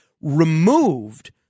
removed